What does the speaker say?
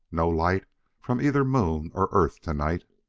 no light from either moon or earth to-night.